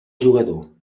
jugador